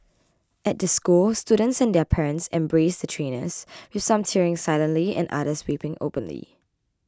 at the school students and their parents embraced the trainers with some tearing silently and others weeping openly